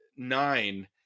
nine